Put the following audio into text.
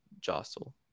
Jostle